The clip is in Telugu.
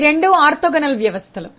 ఈ రెండు ఆర్తోగోనల్ వ్యవస్థలు